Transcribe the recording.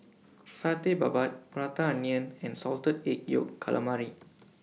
Satay Babat Prata Onion and Salted Egg Yolk Calamari